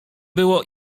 było